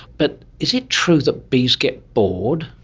but is it true that bees get bored?